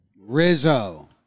Rizzo